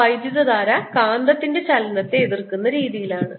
ആ വൈദ്യുതധാര കാന്തത്തിന്റെ ചലനത്തെ എതിർക്കുന്ന തരത്തിലാണ്